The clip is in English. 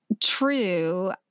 true